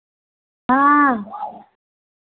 हाँ